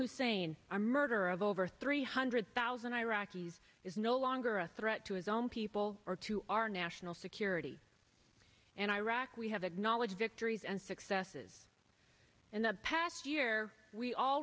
hussein our murder of over three hundred thousand iraqis is no longer a threat to his own people or to our national security and iraq we have acknowledged victories and successes in the past year we all